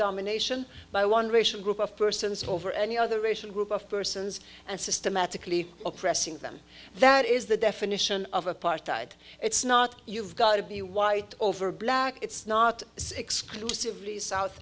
domination by one racial group of persons over any other racial group of persons and systematically oppressing them that is the definition of apartheid it's not you've got to be white over black it's not exclusively south